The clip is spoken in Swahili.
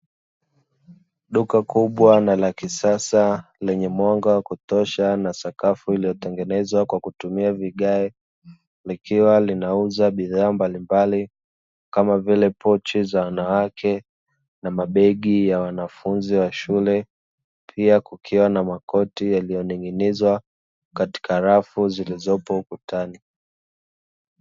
Duka kubwa na la kisasa lenye mwanga wa kutosha na sakafu iliyotengenezwa na vigae, likiwa linauza bidhaa mbalimbali kamavike: pochi za wanawake na bagi za wanafunzi wa shule pia kukiwa na makoti yaliyo ning'inizwa katika rafu zilizopo ukutani.